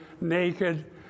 naked